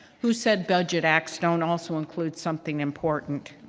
who said budget acts don't also include something important?